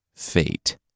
fate